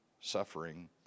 suffering